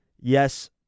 yes